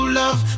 love